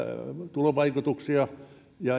tulovaikutuksia ja